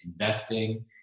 investing